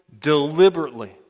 deliberately